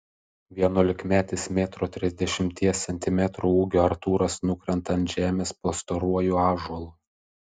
vienuolikmetis metro trisdešimties centimetrų ūgio artūras nukrenta ant žemės po storuoju ąžuolu